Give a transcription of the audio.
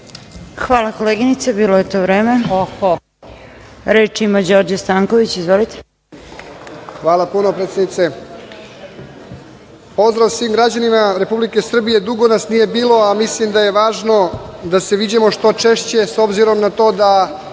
Hvala koleginice. Bilo je to vreme. Reč ima Đorđe Stanković. Izvolite. **Đorđe Stanković** Hvala puno predsednice. Pozdrav svim građanima Republike Srbije, dugo nas nije bilo, a mislim da je važno da se viđamo što češće, s obzirom na to da